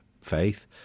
faith